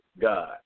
God